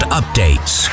updates